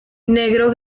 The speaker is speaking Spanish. negro